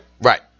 Right